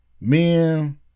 men